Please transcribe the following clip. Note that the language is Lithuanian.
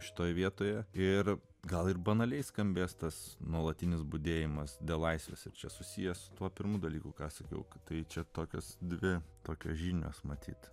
šitoje vietoje ir gal ir banaliai skambės tas nuolatinis budėjimas dėl laisvės ir čia susiję su tuo pirmu dalyku kas jog tai čia tokios dvi tokios žinios matyt